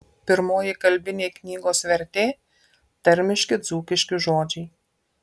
pirmoji kalbinė knygos vertė tarmiški dzūkiški žodžiai